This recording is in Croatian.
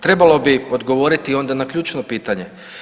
Trebalo bi odgovoriti onda na ključno pitanje.